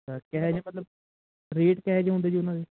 ਅੱਛਾ ਕਿਹੋ ਜਿਹੇ ਮਤਲਬ ਰੇਟ ਕਿਹੋ ਜਿਹੇ ਹੁੰਦੇ ਜੀ ਉਹਨਾਂ ਦੇ